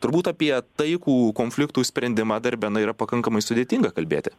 turbūt apie taikų konfliktų sprendimą darbe na yra pakankamai sudėtinga kalbėti